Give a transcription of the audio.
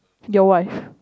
to your wife